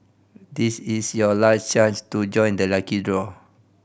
this is your last chance to join the lucky draw